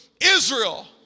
Israel